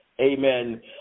amen